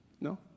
No